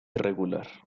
regular